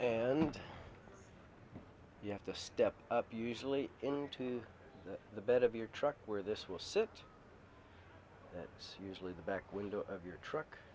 and you have to step up usually into the bed of your truck where this will sit some usually the back window of your truck